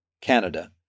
Canada